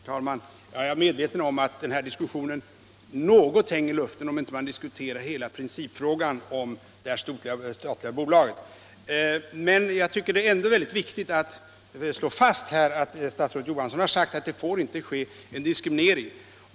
Herr talman! Jag är medveten om att debatten hänger i luften om man inte diskuterar hela principfrågan om det statliga bolaget, men jag tycker ändå det är viktigt att slå fast att statsrådet Johansson har sagt att det inte får bli någon diskriminering.